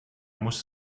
muss